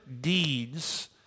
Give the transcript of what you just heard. deeds